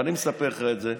ואני מספר לך את זה.